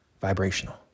Vibrational